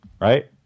Right